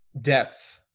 depth